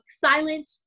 silent